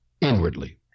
inwardly